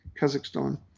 Kazakhstan